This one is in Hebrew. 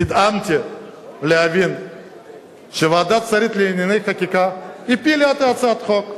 נדהמתי להבין שוועדת שרים לענייני חקיקה הפילה את הצעת החוק.